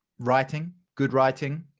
writing good writing.